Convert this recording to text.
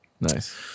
Nice